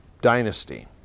dynasty